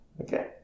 Okay